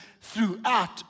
throughout